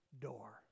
door